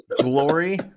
glory